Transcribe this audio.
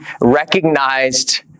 recognized